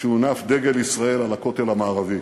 כשהונף דגל ישראל על הכותל המערבי.